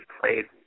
played